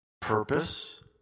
purpose